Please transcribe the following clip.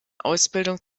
ausbildung